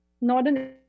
Northern